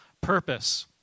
purpose